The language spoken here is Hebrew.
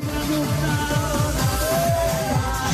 היא תתבצע כמו שצריך, תהיה 3.5 מיליארד